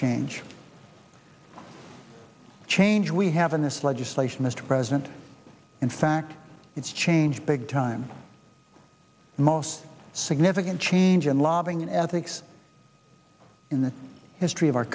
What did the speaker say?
change change we have in this legislation mr president in fact it's changed big time most significant change in lobbying ethics in the history of our